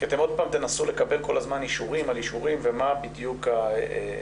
כי אתם עוד פעם תנסו לקבל כל הזמן אישורים על אישורים ומה בדיוק הכיוון.